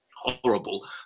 horrible